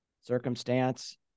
circumstance